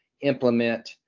implement